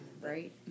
Right